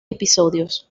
episodios